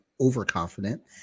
overconfident